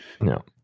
No